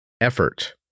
effort